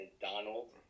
Donald